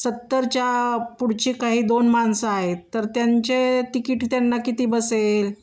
सत्तरच्या पुढची काही दोन माणसं आहेत तर त्यांचे तिकीट त्यांना किती बसेल